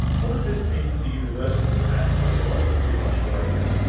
what does this mean for the university and for philosophy in australia?